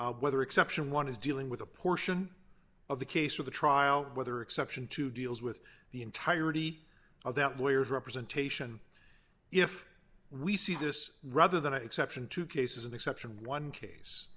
whether exception one is dealing with a portion of the case of the trial whether exception to deals with the entirety of that lawyers representation if we see this rather than a exception to cases an exception one